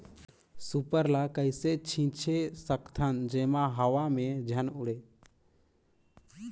Super ल कइसे छीचे सकथन जेमा हवा मे झन उड़े?